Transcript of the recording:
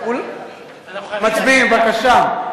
אנחנו חייבים, מצביעים.